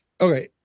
Okay